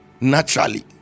naturally